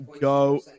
go